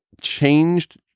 changed